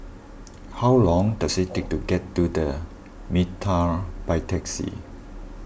how long does it take to get to the Mitraa by taxi